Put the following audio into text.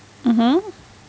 mmhmm